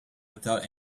without